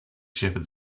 shepherd